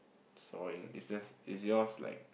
sawing is just is yours like